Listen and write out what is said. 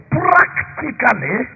practically